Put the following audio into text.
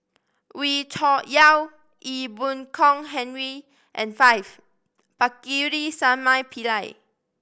Wee Cho Yaw Ee Boon Kong Henry and five Pakirisamy Pillai